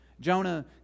Jonah